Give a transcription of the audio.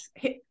yes